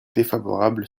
défavorable